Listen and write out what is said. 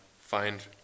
find